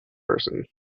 person